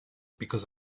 because